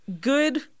good